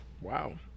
Wow